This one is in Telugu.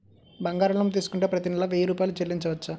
బంగారం లోన్ తీసుకుంటే ప్రతి నెల వెయ్యి రూపాయలు చెల్లించవచ్చా?